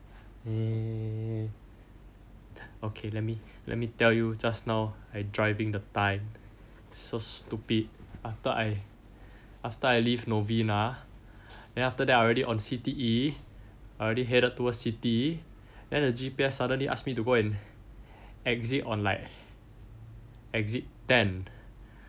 mm okay let me let me tell you just now I driving the time so stupid after I after I leave novena then after that I already on C_T_E I already headed towards C_T_E then the G_P_S suddenly ask me to go and exit on like exit ten